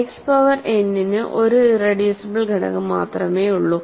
X power n ന് ഒരു irreducible ഘടകം മാത്രമേയുള്ളൂ